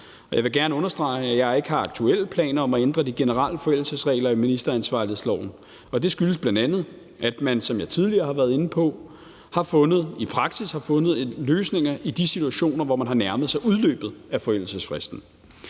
Jeg vil gerne understrege, at jeg ikke aktuelt har planer om at ændre de generelle forældelsesregler i ministeransvarlighedsloven, og det skyldes bl.a., at man, som jeg tidligere har været inde på, i praksis har fundet løsninger i de situationer, hvor man har nærmet sig udløbet af forældelsesfristen.